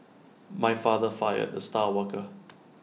my father fired the star worker